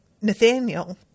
Nathaniel